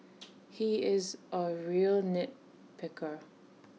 he is A real nit picker